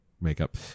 makeup